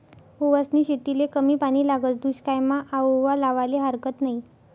ओवासनी शेतीले कमी पानी लागस, दुश्कायमा आओवा लावाले हारकत नयी